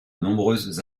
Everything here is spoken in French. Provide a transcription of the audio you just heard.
nombreuses